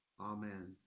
Amen